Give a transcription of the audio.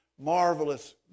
marvelous